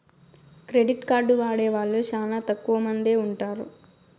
credit card వాడే వాళ్ళు శ్యానా తక్కువ మందే ఉంటారు